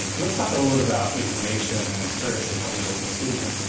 let's talk a little about information, and search, and how people consume it.